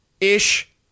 ish